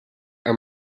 are